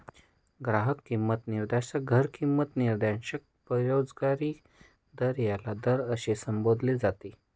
ग्राहक किंमत निर्देशांक, घर किंमत निर्देशांक, बेरोजगारी दर याला दर असे संबोधले जाते